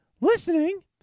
listening